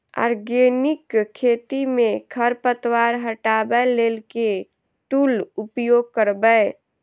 Organic खेती मे खरपतवार हटाबै लेल केँ टूल उपयोग करबै?